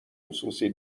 خصوصی